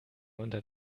unter